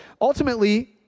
ultimately